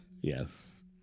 Yes